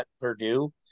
Purdue